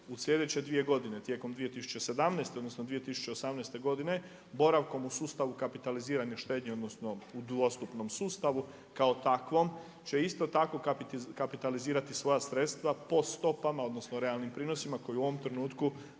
u sljedeće 2 godine tijekom 2017., odnosno 2018. godine boravkom u sustavu kapitalizirane štednje odnosno u dvostupnom sustavu kao takvom će isto tako kapitalizirati svoja sredstva po stopama, odnosno realnim prinosima koji u ovom trenutku